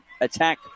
attack